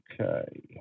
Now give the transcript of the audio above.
Okay